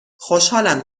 خوشحالم